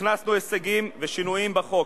הכנסנו הישגים ושינויים בחוק,